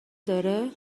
داره